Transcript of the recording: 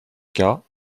cas